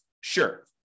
Sure